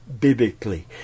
biblically